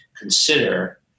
consider